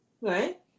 right